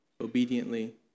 obediently